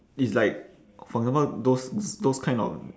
it's like for example those those kind of